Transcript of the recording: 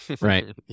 right